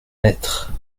lettre